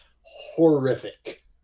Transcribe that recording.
horrific